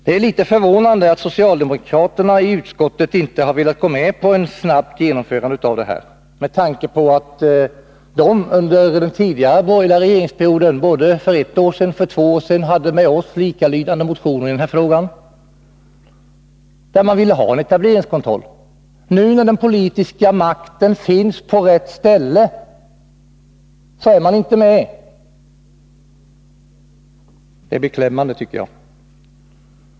Det är litet förvånande att socialdemokraterna i utskottet inte har velat gå med på ett snabbt införande av etableringskontroll, med tanke på att de under den borgerliga regeringsperioden, både för ett år sedan och för två år sedan, hade motioner i frågan, likalydande med våra. Nu, när den politiska makten finns på rätt ställe, är man inte med. Det är beklämmande, tycker jag.